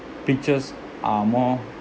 pictures are more